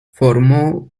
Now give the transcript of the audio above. formó